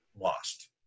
lost